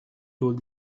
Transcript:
told